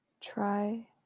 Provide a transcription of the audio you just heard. try